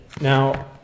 Now